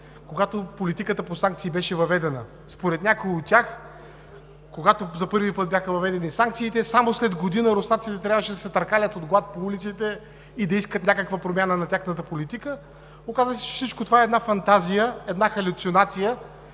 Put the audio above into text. когато политиката по санкции беше въведена. Според някои от тях, когато за първи път бяха въведени санкциите, само след година руснаците трябваше да се търкалят от глад по улиците и да искат някаква промяна на тяхната политика. Оказа се, че всичко това е една фантазия, една халюцинация